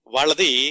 Waladi